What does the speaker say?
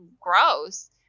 gross